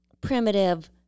primitive